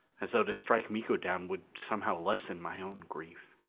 as though to strike miko down would somehow lessen my own grief.